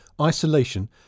isolation